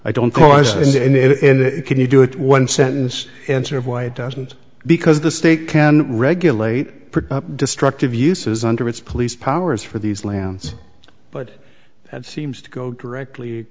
end can you do it one sentence answer of why it doesn't because the state can regulate destructive uses under its police powers for these lands but that seems to go directly